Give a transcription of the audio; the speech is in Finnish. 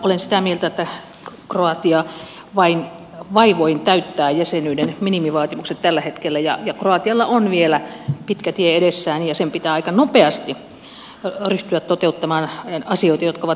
olen sitä mieltä että kroatia vain vaivoin täyttää jäsenyyden minimivaatimukset tällä hetkellä ja kroatialla on vielä pitkä tie edessään ja sen pitää aika nopeasti ryhtyä muuttamaan asioita jotka ovat puutteellisia